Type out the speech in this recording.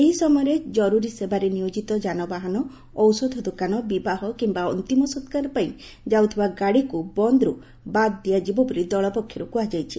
ଏହି ସମୟରେ ଜରୁରୀ ସେବାରେ ନିୟୋକିତ ଯାନବାହାନ ଔଷଧ ଦୋକାନ ବିବାହ କିମ୍ୟା ଅନ୍ତିମ ସକ୍ ଯାଉଥିବା ଗାଡ଼ିକୁ ବନ୍ଦରୁ ବାଦ୍ ଦିଆଯିବ ବୋଲି ଦଳ ପକ୍ଷରୁ କୁହାଯାଇଛି